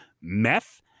meth